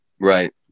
Right